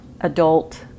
adult